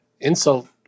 insult